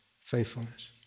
faithfulness